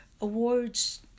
Awards